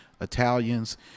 Italians